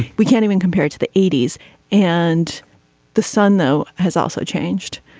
we can't even compare it to the eighty s and the sun though has also changed.